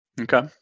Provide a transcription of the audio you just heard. Okay